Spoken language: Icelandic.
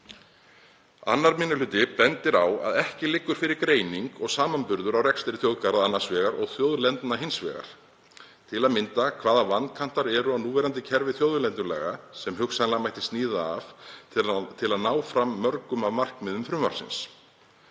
Annar minni hluti bendir á að ekki liggur fyrir greining og samanburður á rekstri þjóðgarða annars vegar og þjóðlendna hins vegar, til að mynda hvaða vankantar eru í núverandi kerfi þjóðlendulaga, sem hugsanlega mætti sníða af til að ná fram mörgum af markmiðum frumvarpsins.